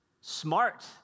Smart